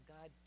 God